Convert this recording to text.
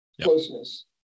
closeness